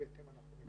בהתאם אנחנו פועלים.